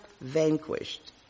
vanquished